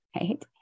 right